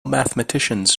mathematicians